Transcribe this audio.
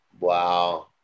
Wow